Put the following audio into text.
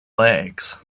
legs